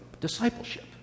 discipleship